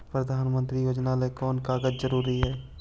प्रधानमंत्री योजना ला कोन कोन कागजात जरूरी है?